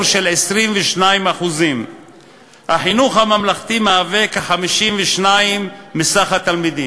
של 22%. החינוך הממלכתי מהווה כ-52% מכלל התלמידים.